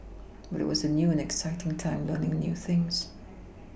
but it was a new and exciting time learning new things